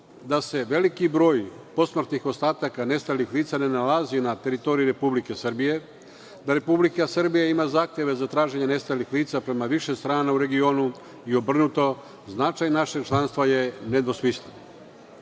da se veliki broj posmrtnih ostataka nestalih lica ne nalazi na teritoriji Republike Srbije, da Republika Srbija ima zahteve za traženje nestalih lica prema više strana u regionu, i obrnuto, značaj našeg članstva je nedvosmislen.